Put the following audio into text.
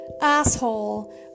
asshole